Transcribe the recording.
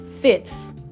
fits